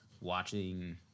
watching